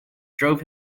drove